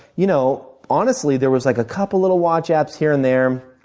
you know, honestly, there was like a couple little watch apps here and there.